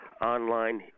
online